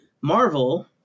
Marvel